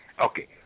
Okay